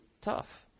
tough